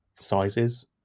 sizes